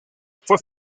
fue